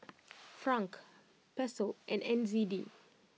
Franc Peso and N Z D